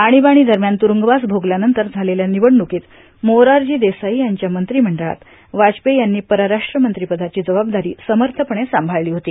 आणिबाणी दरम्यान त्ररूंगवास भोगल्यानंतर झालेल्या निवडणूकीत मोरारजी देसाई यांच्या मंत्रिमंडळात वाजपेयी यांनी परराष्ट्र मंत्रिपदाची जबाबदारी समर्थपणे सांभाळली होती